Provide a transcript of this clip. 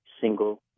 single